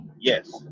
Yes